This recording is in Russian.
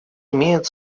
имеют